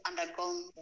undergone